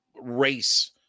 race